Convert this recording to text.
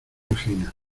anginas